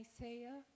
isaiah